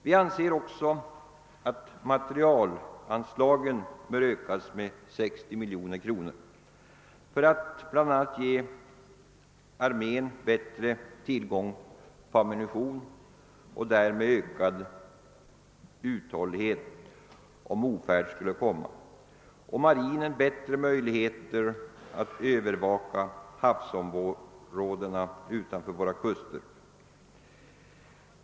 Vi anser också att materialanslagen bör ökas med 60 miljoner kronor för att bl.a. ge armén bättre tillgång på ammunition och därmed medverka till ökad uthållighet, om ofärd skulle komma, och marinen bättre möjligheter att övervaka havsområdena utanför våra kuster.